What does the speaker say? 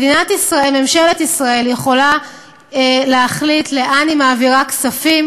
ממשלת ישראל יכולה להחליט לאן היא מעבירה כספים,